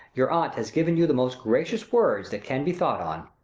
your aunt has given you the most gracious words that can be thought on.